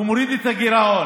הוא מוריד את הגירעון.